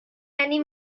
any